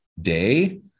day